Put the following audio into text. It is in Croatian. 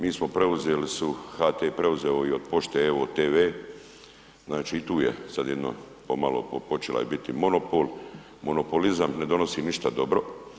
Mi smo preuzeli su, HT preuzeo i od pošte Evo tv, znači i tu je sad jedno pomalo počela je biti monopol, monopolizam ne donosi ništa dobro.